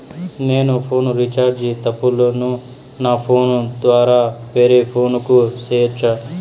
నేను phone recharge తప్పులను నా ఫోను ద్వారా వేరే ఫోను కు సేయొచ్చా?